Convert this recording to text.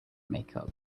makeup